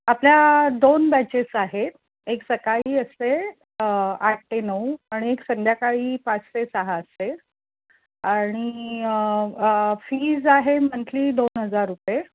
आपल्या दोन बॅचेस आहेत एक सकाळी असते आठ ते नऊ आणि एक संध्याकाळी पाच ते सहा असते आणि फीज आहे मंथली दोन हजार रुपये